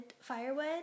firewood